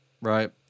right